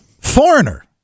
Foreigner